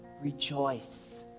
rejoice